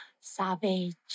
Savage